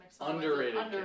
underrated